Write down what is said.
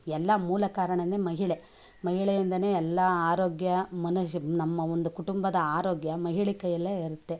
ಎಲ್ಲ ಮೂಲ ಕಾರಣನೇ ಮಹಿಳೆ ಮಹಿಳೆಯಿಂದನೇ ಎಲ್ಲಾ ಆರೋಗ್ಯ ಮನಷ್ ನಮ್ಮ ಒಂದು ಕುಟುಂಬದ ಆರೋಗ್ಯ ಮಹಿಳೆ ಕೈಯಲ್ಲೇ ಇರುತ್ತೆ